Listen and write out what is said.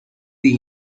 the